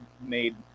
made